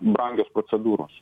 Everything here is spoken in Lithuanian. brangios procedūros